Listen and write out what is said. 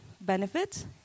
benefits